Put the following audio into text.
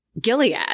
Gilead